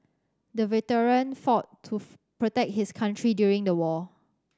the veteran fought to protect his country during the war